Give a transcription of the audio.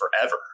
forever